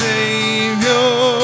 Savior